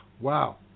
wow